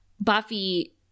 Buffy